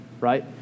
right